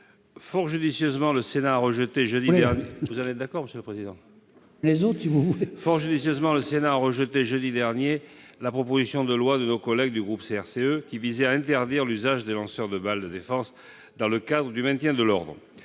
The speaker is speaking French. Fort judicieusement, le Sénat a rejeté, jeudi dernier, la proposition de loi de nos collègues du groupe CRCE qui visait à interdire l'usage des lanceurs de balles de défense dans le cadre du maintien de l'ordre.